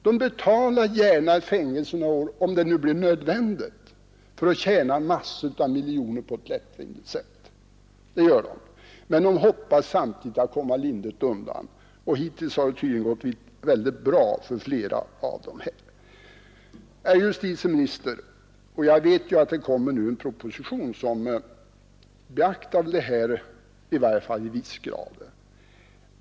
De betalar gärna med fängelse några år om det är nödvändigt för att tjäna massor av miljoner på ett lättvindigt sätt. Samtidigt hoppas de att komma lindrigt undan, och hittills har det tydligen också gått väldigt bra för flera av dem. Herr justitieminister! Jag vet att det nu kommer en proposition som åtminstone i viss grad beaktar dessa problem.